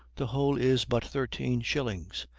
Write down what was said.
the whole is but thirteen shillings.